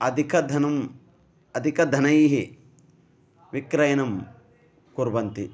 अधिकधनेन अदिकधनेन विक्रयणं कुर्वन्ति